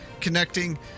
connecting